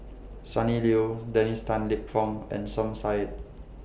Sonny Liew Dennis Tan Lip Fong and Som Said